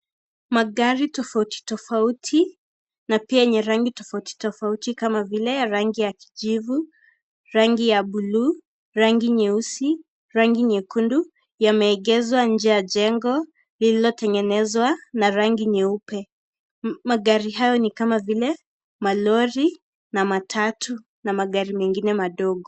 Magari tofauti tofauti na pia yenye rangi tofauti tofauti kama vile rangi ya kijivu, rangi ya bluu, rangi nyeusi, rangi nyekundu yameegeshwa kando ya jengo lililotengenezwa na rangi nyeupe. Magari hayo ni kama vile malori na matatu na magari mengine madogo.